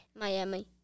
Miami